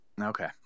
Okay